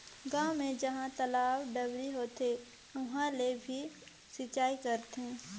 गांव मे जहां तलवा, डबरी होथे उहां ले भी सिचई करथे